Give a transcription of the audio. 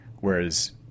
Whereas